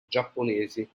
giapponesi